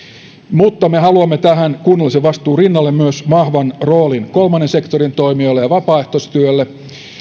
mutta me haluamme tähän kunnallisen vastuun rinnalle myös vahvan roolin kolmannen sektorin toimijoille ja vapaaehtoistyölle